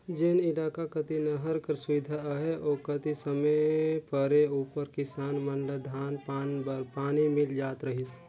जेन इलाका कती नहर कर सुबिधा अहे ओ कती समे परे उपर किसान मन ल धान पान बर पानी मिल जात रहिस